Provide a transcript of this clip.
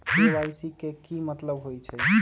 KYC के कि मतलब होइछइ?